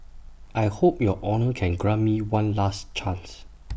I hope your honour can grant me one last chance